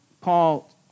Paul